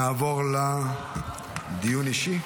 נעבור לדיון אישי.